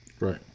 Right